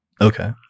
Okay